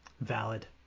Valid